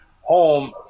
home